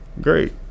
Great